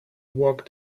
walk